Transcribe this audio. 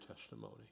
testimony